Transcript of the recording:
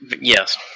Yes